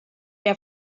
der